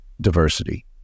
diversity